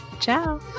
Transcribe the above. Ciao